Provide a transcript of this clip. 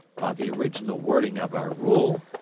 by the original wording of our rule,